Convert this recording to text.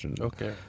Okay